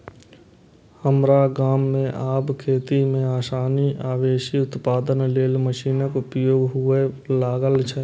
हमरा गाम मे आब खेती मे आसानी आ बेसी उत्पादन लेल मशीनक उपयोग हुअय लागल छै